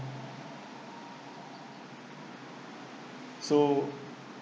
so